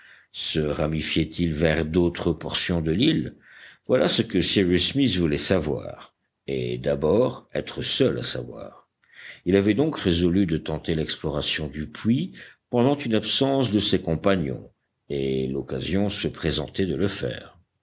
se ramifiait il vers d'autres portions de l'île voilà ce que cyrus smith voulait savoir et d'abord être seul à savoir il avait donc résolu de tenter l'exploration du puits pendant une absence de ses compagnons et l'occasion se présentait de le faire